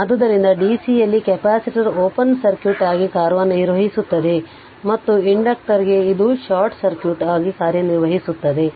ಆದ್ದರಿಂದ DC ಯಲ್ಲಿ capacitor open circuit ಆಗಿ ಕಾರ್ಯನಿರ್ವಹಿಸುತ್ತದೆ ಮತ್ತು ಇಂಡಕ್ಟರ್ಗೆ ಇದು ಶಾರ್ಟ್ ಸರ್ಕ್ಯೂಟ್ ಆಗಿ ಕಾರ್ಯನಿರ್ವಹಿಸುತ್ತದೆ